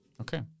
Okay